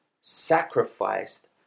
sacrificed